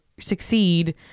succeed